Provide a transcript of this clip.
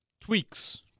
tweaks –